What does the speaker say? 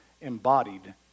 embodied